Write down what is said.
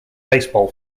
baseball